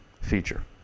feature